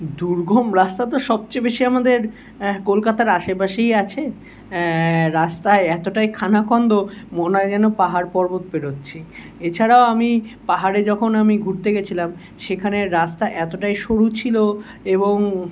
দুর্গম রাস্তা তো সবচেয়ে বেশি আমাদের কলকাতার আশেপাশেই আছে রাস্তায় এতোটাই খানা খন্দ মনে হয় যেন পাহাড় পর্বত পেরোচ্ছি এছাড়াও আমি পাহাড়ে যখন আমি ঘুরতে গেছিলাম সেখানের রাস্তা এতোটাই সরু ছিলো এবং